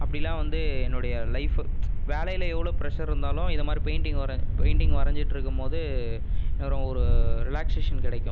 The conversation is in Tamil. அப்படிலாம் வந்து என்னுடைய லைஃப்பு வேலையில் எவ்வளோ பிரஷஷர் இருந்தாலும் இதை மாதிரி பெயிண்ட்டிங் வர பெயிண்ட்டிங் வரஞ்சிட்டிருக்கும்போது ஒரு ரிலாக்ஸேஷன் கிடைக்கும்